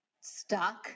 stuck